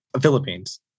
Philippines